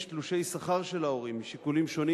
תלושי שכר של ההורים משיקולים שונים,